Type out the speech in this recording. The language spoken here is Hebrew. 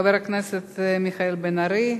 חבר הכנסת מיכאל בן-ארי,